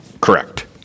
Correct